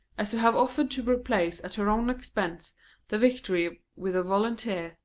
as to have offered to replace at her own expense the victory with a volunteer,